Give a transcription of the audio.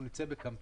אנחנו נצא בקמפיין